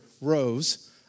rose